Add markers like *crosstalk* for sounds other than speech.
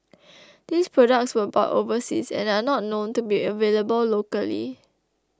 *noise* these products were bought overseas and are not known to be available locally